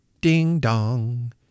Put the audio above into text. Ding-dong